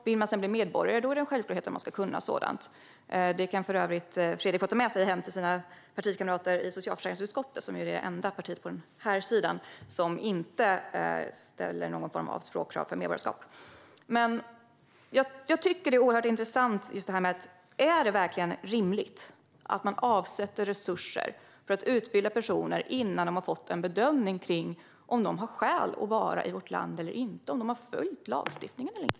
Vill man sedan bli medborgare är det en självklarhet att man ska kunna sådant. Det kan för övrigt Fredrik få ta med sig hem till sina partikamrater i socialförsäkringsutskottet. Ni är det enda parti av dem som sitter till höger i kammaren som inte ställer någon form av språkkrav för medborgarskap. Jag tycker att det är oerhört intressant: Är det verkligen rimligt att man avsätter resurser för att utbilda personer innan de har fått en bedömning av om de har skäl att vara i vårt land eller inte och av om de har följt lagstiftningen eller inte?